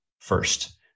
first